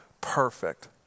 Perfect